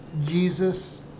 Jesus